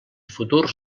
futurs